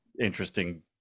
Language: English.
interesting